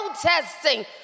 protesting